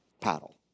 paddle